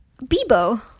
bebo